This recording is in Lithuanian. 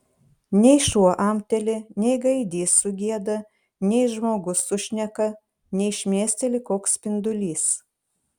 nei šuo amteli nei gaidys sugieda nei žmogus sušneka nei šmėsteli koks spindulys